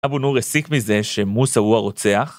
אבו נור הסיק מזה שמוסא הוא הרוצח?